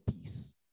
peace